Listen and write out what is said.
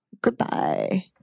goodbye